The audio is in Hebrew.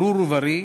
ברור וברי